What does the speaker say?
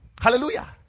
Hallelujah